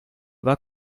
war